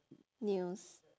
news